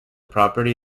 property